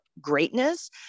greatness